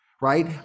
Right